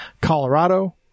Colorado